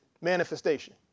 manifestation